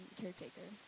caretaker